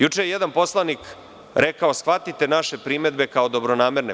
Juče je jedan poslanik rekao – shvatite naše primedbe kao dobronamerne.